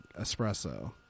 espresso